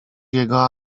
jego